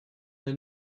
her